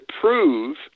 prove